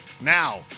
Now